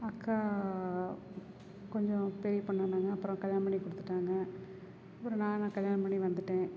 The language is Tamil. அக்கா கொஞ்சம் பெரிய பொண்ணு ஆனாங்க அப்புறம் கல்யாணம் பண்ணி கொடுத்துட்டாங்க அப்புறம் நானும் கல்யாணம் பண்ணி வந்துட்டேன்